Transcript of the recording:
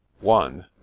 one